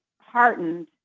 heartened